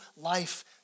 life